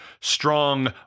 strong